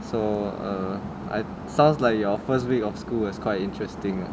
so err I sounds like your first week of school was quite interesting